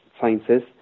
sciences